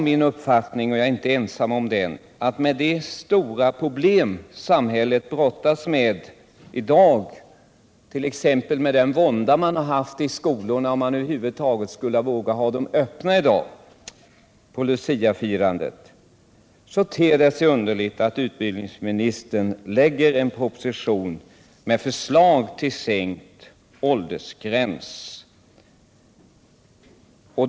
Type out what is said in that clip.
Min uppfattning är, och jag är inte ensam om den, att med de stora problem samhället brottas med i dag — t.ex. den vånda — Nr 48 och den stora tveksamhet lärarna har haft om huruvida man över huvud Tisdagen den taget skulle våga ha skolorna öppna i dag under luciafirandet — ter det 13 december 1977 sig underligt att utbildningsministern framlägger en proposition med för = slag om sänkt åldersgräns vid barnfilmer.